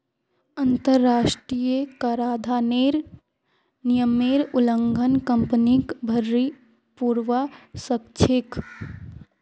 अंतरराष्ट्रीय कराधानेर नियमेर उल्लंघन कंपनीक भररी पोरवा सकछेक